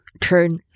turn